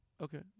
Okay